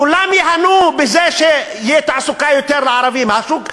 כולם ייהנו מזה שתהיה יותר תעסוקה לערבים: השוק,